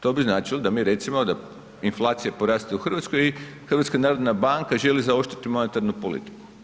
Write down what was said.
To bi značilo da mi recimo da inflacija poraste u Hrvatskoj i Hrvatska narodna banka želi zaoštriti monetarnu politiku.